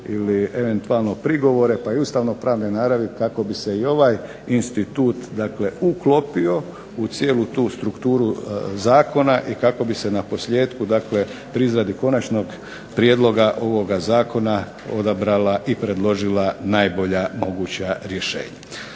ili eventualno prigovore, pa i ustavnopravne naravi kako bi se i ovaj institut dakle uklopio u cijelu tu strukturu zakona i kako bi se naposljetku dakle pri izradi konačnog prijedloga ovoga zakona odabrala i predložila najbolja moguća rješenja.